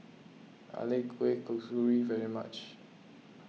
I like Kueh Kasturi very much